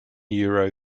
euro